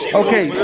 okay